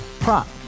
Prop